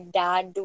dad